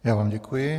Já vám děkuji.